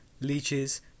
leeches